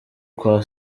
kwa